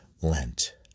Lent